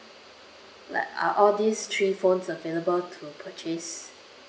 like are all these three phones available to purchase